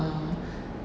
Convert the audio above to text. uh